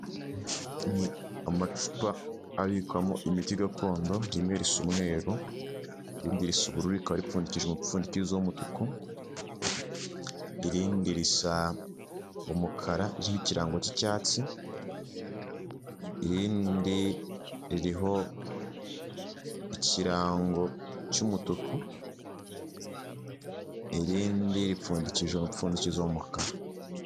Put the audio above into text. Ni amacupa abikwamo imiti gakondo, rimwe risa umweru irindi risa uburu rikaba ripfundikije umupfundikizo w'umutuku, irindi risa umukara ririho ikirango cy'icyatsi, irindi ririho ikirango cy'umutuku, irindi ripfundikije umupfundikizo w'umukara.